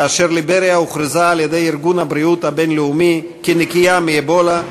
כאשר ליבריה הוכרזה על-ידי ארגון הבריאות הבין-לאומי כנקייה מאבולה,